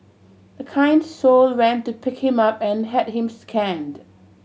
a kind soul went to pick him up and had him scanned